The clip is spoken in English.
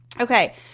Okay